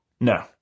No